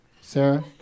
Sarah